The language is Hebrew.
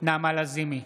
נעמה לזימי,